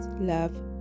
love